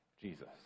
Jesus